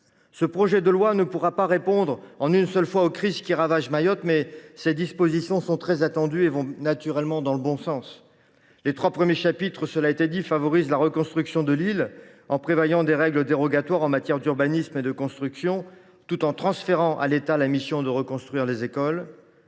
Ce projet de loi ne pourra pas répondre, à lui seul, aux crises qui ravagent Mayotte, mais ses dispositions sont très attendues et vont dans le bon sens. Les trois premiers chapitres visent à favoriser la reconstruction de l’île, en prévoyant des règles dérogatoires en matière d’urbanisme et de construction, tout en transférant à l’État la mission de reconstruire les écoles.